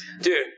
Dude